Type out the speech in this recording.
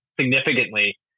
significantly